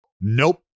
Nope